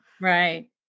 Right